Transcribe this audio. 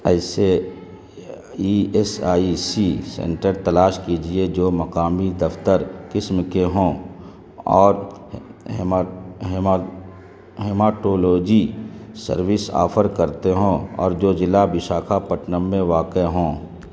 ایسے E S I C centre تلاش کیجیے جو مقامی دفتر قسم کے ہوں اور ہیماٹولوجی سروس آفر کرتے ہوں اور جو ضلع وشاکھاپٹنم میں واقع ہوں